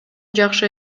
жакшы